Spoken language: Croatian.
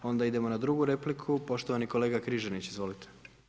Onda idemo na drugu repliku, poštovani kolega Križanić, izvolite.